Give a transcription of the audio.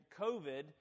covid